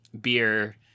beer